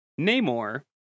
Namor